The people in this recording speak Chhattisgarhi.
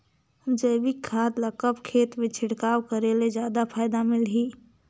जैविक खाद ल कब खेत मे छिड़काव करे ले जादा फायदा मिलही?